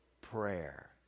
prayer